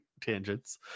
tangents